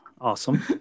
Awesome